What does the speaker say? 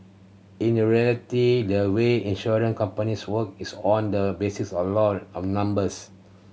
in the reality the way insurance companies work is on the basis of law of numbers